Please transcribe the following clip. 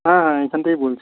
হ্যাঁ এইখান থেকেই বলছি